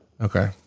Okay